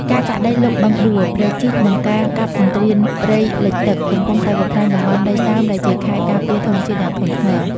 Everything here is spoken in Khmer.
ការចាក់ដីលុបបឹងបួរ ព្រែកជីក និងការកាប់ទន្ទ្រានព្រៃលិចទឹក កំពុងតែបំផ្លាញតំបន់ដីសើមដែលជាខែលការពារធម្មជាតិយ៉ាងធ្ងន់ធ្ងរ។